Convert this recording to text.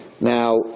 Now